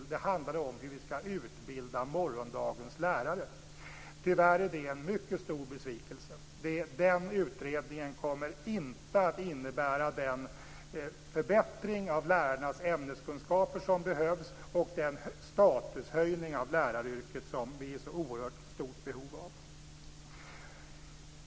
Det handlar om hur vi skall utbilda morgondagens lärare. Tyvärr är det en mycket stor besvikelse. Den utredningen kommer inte att innebära den förbättring av lärarnas ämneskunskaper som behövs och den statushöjning av läraryrket som vi är i så oerhört stort behov av.